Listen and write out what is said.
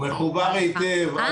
הוא מחובר היטב.